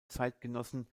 zeitgenossen